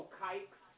kikes